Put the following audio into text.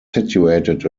situated